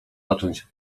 zacząć